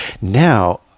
Now